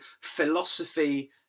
philosophy